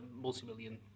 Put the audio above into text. multi-million